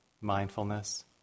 mindfulness